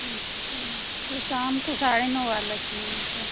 तो शाम को साढ़े नौ वाला चाहिए हमको